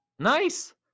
nice